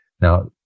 Now